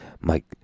Mike